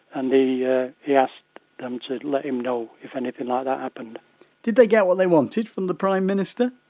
and yeah he asked them to let him know if anything like ah that happened did they get what they wanted from the prime minister?